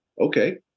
Okay